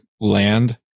land